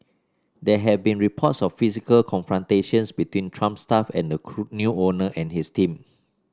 there have been reports of physical confrontations between trump staff and the cool new owner and his team